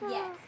Yes